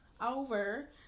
over